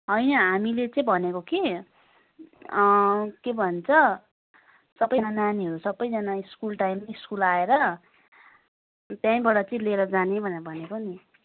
होइन हामीले चाहिँ भनेको कि के भन्छ सबैजना नानीहरू सबैजना स्कुल टाइममा स्कुल आएर त्यहीँबाट चाहिँ लिएर जाने भनेर भनेको नि